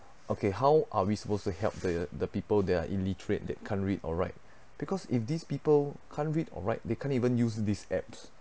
okay how are we supposed to help the the people that are illiterate that can't read or write because if these people can't read or write they can't even use this apps